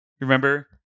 Remember